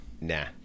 Nah